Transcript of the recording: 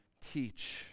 teach